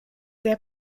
der